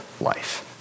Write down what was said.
life